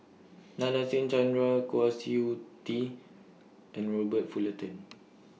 Nadasen Chandra Kwa Siew Tee and Robert Fullerton